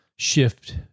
shift